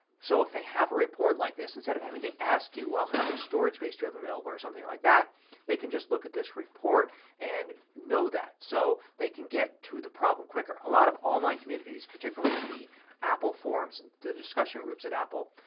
so if they have a report like this instead of having to ask you how much storage space you have available or something like that they can just look at this report and know that. so they can get to the problem quicker. a lot of online communities, particularly the apple forums, and the discussion groups at apple,